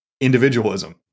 individualism